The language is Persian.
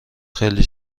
خیلی